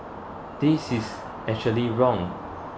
this is actually wrong